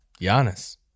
Giannis